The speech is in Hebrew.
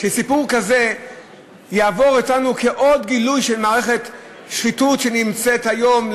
יעבור אותנו כעוד גילוי של מערכת שחיתות שנמצאת היום,